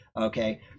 Okay